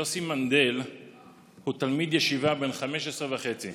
יוסי מנדל הוא תלמיד ישיבה בן 15 וחצי.